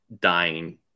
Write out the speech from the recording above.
dying